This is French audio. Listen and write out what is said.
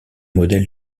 modèle